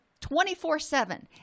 24-7